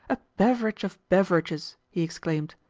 a beverage of beverages! he exclaimed.